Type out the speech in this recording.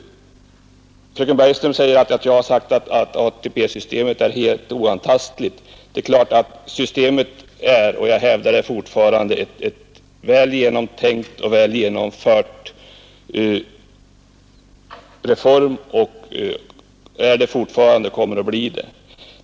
Fröken Bergström hävdar att jag påstått att ATP-systemet är helt oantastligt. Systemet är — jag vill understryka det på nytt — en väl genomförd och väl genomtänkt reform och den kommer att förbli så.